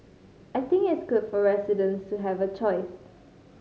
I think it's good for residents to have a choice